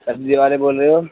سبزی والے بول رہے ہو